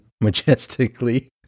majestically